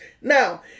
Now